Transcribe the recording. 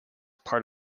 part